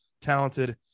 talented